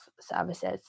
services